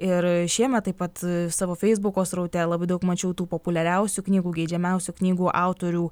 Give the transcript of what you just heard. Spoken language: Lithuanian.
ir šiemet taip pat savo feisbuko sraute labai daug mačiau tų populiariausių knygų geidžiamiausių knygų autorių